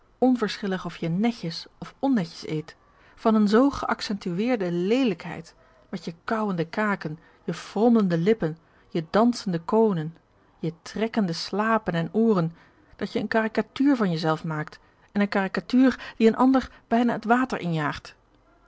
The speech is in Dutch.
onverschillig of je netjes of onnetjes eet van een zoo geaccentueerde leelijkheid met je kauwende kaken je frommelende lippen je dansende koonen je trekkende slapen en ooren dat je een caricatuur van je zelf maakt en een caricatuur die een ander bijna het water injaagt